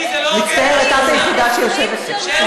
שלי, זה לא הוגן, מצטערת, את היחידה שיושבת פה.